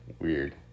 Weird